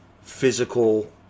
Physical